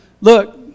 look